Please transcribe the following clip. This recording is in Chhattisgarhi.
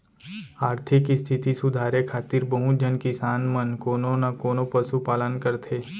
आरथिक इस्थिति सुधारे खातिर बहुत झन किसान मन कोनो न कोनों पसु पालन करथे